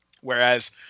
whereas